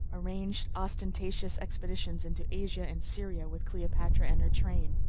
arranged ostentatious expeditions into asia and syria with cleopatra and her train,